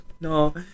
No